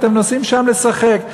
הם נוסעים לשם לשחק.